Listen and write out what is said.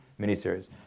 miniseries